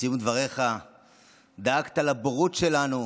בסיום דבריך דאגת לבורות שלנו,